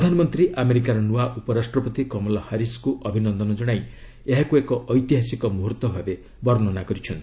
ପ୍ରଧାନମନ୍ତ୍ରୀ ଆମେରିକାର ନୂଆ ଉପରାଷ୍ଟ୍ରପତି କମଲା ହାରିସ୍ଙ୍କୁ ଅଭିନନ୍ଦନ କଶାଇ ଏହାକୁ ଏକ ଐତିହାସିକ ମୁହର୍ତ୍ତ ଭାବେ ବର୍ଷନା କରିଛନ୍ତି